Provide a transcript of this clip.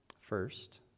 First